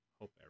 Hope